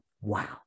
wow